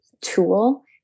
tool